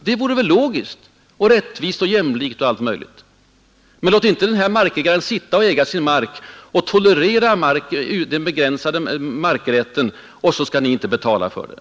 Det vore logiskt, rättvist och jämlikt — men låt inte markägaren få tolerera ett sådant intrång i sin markrätt utan att ni betalar för den.